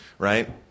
Right